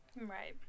Right